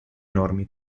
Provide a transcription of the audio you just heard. enormi